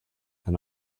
than